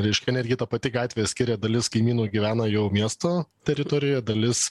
reiškia netgi ta pati gatvė skiria dalis kaimynų gyvena jau miesto teritorijoje dalis